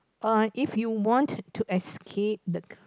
err if you want to escape the